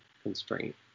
Constraint